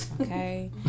Okay